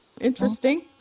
interesting